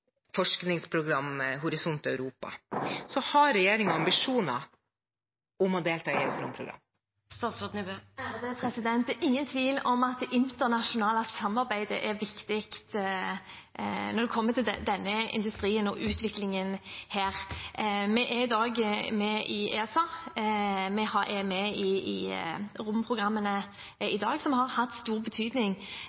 Horisont Europa. Så har regjeringen ambisjoner om å delta i EUs romprogrammer? Det er ingen tvil om at det internasjonale samarbeidet er viktig når det gjelder denne industrien og utviklingen her. Vi er i dag med i ESA. Vi er med i romprogrammene i